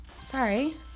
sorry